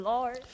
Lord